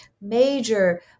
major